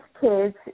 kids